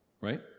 right